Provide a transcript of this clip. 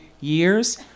years